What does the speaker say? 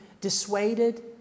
dissuaded